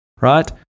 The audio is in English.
right